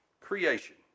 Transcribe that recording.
creation